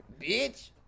Bitch